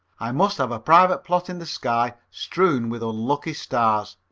i must have a private plot in the sky strewn with unlucky stars.